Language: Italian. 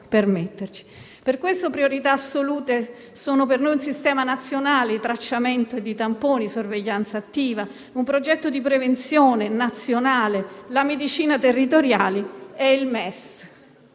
Per questo, priorità assolute sono per noi un sistema nazionale di tracciamento, di tamponi e di sorveglianza attiva, un progetto di prevenzione nazionale, la medicina territoriale e il MES.